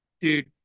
dude